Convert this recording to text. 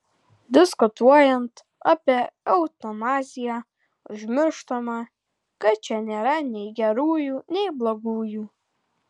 diskutuojant apie eutanaziją užmirštama kad čia nėra nei gerųjų nei blogųjų